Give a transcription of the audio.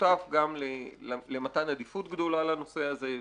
שותף גם למתן עדיפות גדולה לנושא הזה,